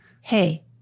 Hey